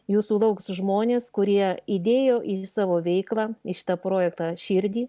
jūsų lauks žmonės kurie įdėjo į savo veiklą į šitą projektą širdį